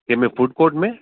कंहिं में food court में